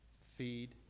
Feed